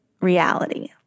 reality